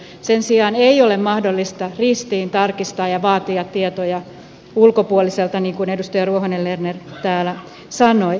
sen sijaan ei ole mahdollista ristiin tarkistaa ja vaatia tietoja ulkopuoliselta niin kuin edustaja ruohonen lerner täällä sanoi